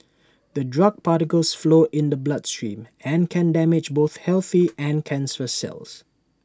the drug particles flow in the bloodstream and can damage both healthy and cancerous cells